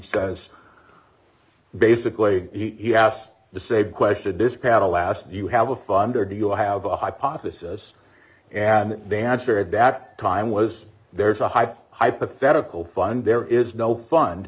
says basically he asked the same question this paddle asked you have a funded you'll have a hypothesis and they answered that time was there's a high hypothetical fund there is no fun